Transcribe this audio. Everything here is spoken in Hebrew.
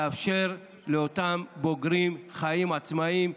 לאפשר לאותם בוגרים חיים עצמאיים,